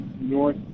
north